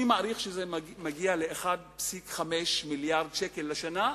אני מעריך שזה מגיע ל-1.5 מיליארד שקל לשנה.